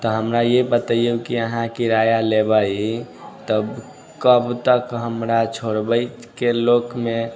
तऽ हमरा ई बतैऔ कि अहाँ किराआ लेबै तब कब तक हमरा छोड़बैके लोकमे